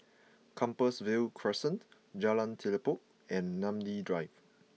Compassvale Crescent Jalan Telipok and Namly Drive